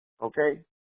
Okay